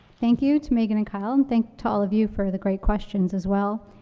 thank you to megan and kyle, and thank to all of you for the great questions as well.